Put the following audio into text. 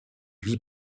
lui